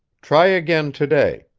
try again to-day.